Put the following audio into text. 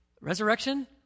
resurrection